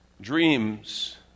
dreams